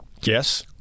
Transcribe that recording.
yes